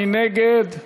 מי נגד?